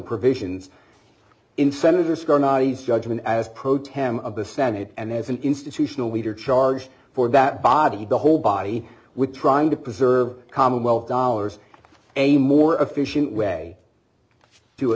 provisions in senator scott noddy's judgment as pro tem of the senate and as an institutional leader charged for that body the whole body with trying to preserve commonwealth dollars a more efficient way to